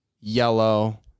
yellow